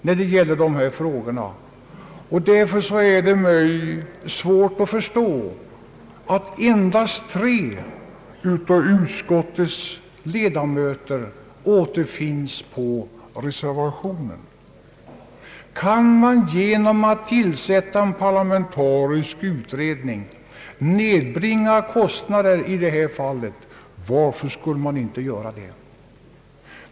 Därför är det svårt för mig att förstå att endast tre av utskottets ledamöter har undertecknat reservationen. Kan man genom att tillsätta en parlamentarisk utredning nedbringa kostnaderna för sjukvården, varför skulle man då inte göra det?